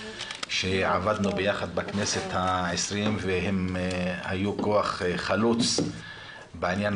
שעבדנו ביחד בכנסת ה-20 והם היו כוח חלוץ בעניין